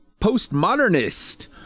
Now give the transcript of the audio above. Postmodernist